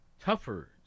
tougher